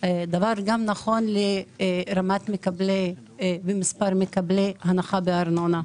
הדבר נכון גם למספר מקבלי הנחה בארנונה,